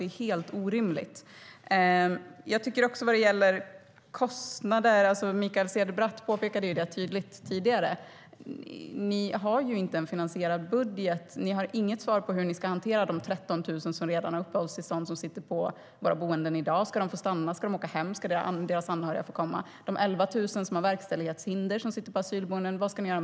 Det är helt orimligt. Vad ska ni göra med de 11 000 som har verkställighetshinder och sitter på asylboenden?